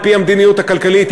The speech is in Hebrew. על-פי המדיניות הכלכלית,